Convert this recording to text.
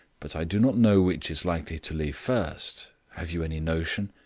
but i do not know which is likely to leave first. have you any notion?